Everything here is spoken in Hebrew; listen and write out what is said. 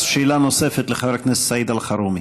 שאלה נוספת לחבר הכנסת סעיד אלחרומי.